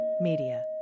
Media